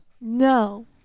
No